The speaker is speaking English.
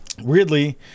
weirdly